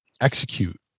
execute